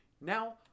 Now